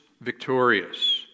victorious